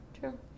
True